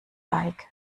alike